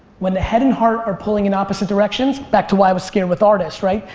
when the head and heart are pulling in opposite directions, back to why i was scared with artists, right?